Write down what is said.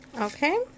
Okay